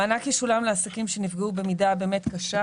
המענק ישולם לעסקים שנפגעו במידה קשה,